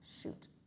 Shoot